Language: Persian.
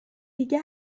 دیگه